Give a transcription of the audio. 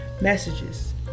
messages